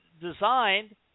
designed